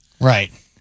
Right